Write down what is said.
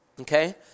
Okay